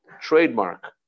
trademark